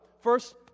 first